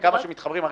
אני